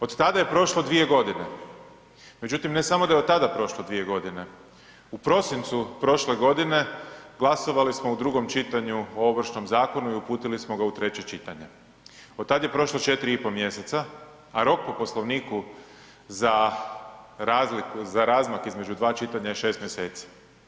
Od tada je prošlo 2 godine, međutim ne samo da je od tada prošlo 2 godine u prosincu prošle godine glasovali smo u drugom čitanju o Ovršnom zakonu i uputili smo ga u treće čitanje, od tada je prošlo 4,5 mjeseca, a rok po Poslovniku za razmak između dva čitanja je 6 mjeseci.